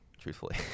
truthfully